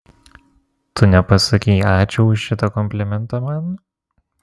tu nepasakei ačiū už šitą komplimentą man